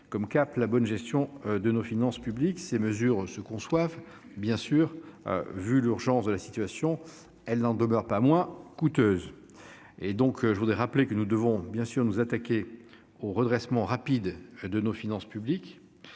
comme cap la bonne gestion de nos finances publiques. Si ces mesures se conçoivent aisément au vu de l'urgence de la situation, elles n'en demeurent pas moins coûteuses. Aussi, je rappelle que nous devons nous attaquer au redressement rapide de nos finances publiques,